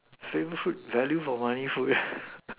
free food value for money food